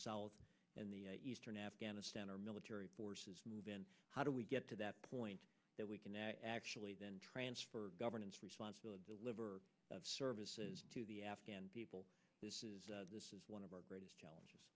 south and the eastern afghanistan our military forces move in how do we get to that point that we can actually then transfer governance responsibility deliver services to the afghan people this is one of our greatest challenges